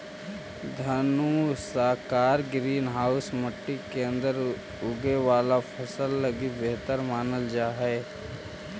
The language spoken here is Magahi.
धनुषाकार ग्रीन हाउस मट्टी के अंदर उगे वाला फसल लगी बेहतर मानल जा हइ